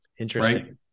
Interesting